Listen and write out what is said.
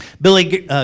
Billy